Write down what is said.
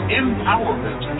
empowerment